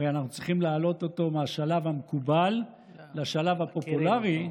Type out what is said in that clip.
הרי אנחנו צריכים להעלות אותו מהשלב המקובל לשלב הפופולרי,